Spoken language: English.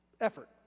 effort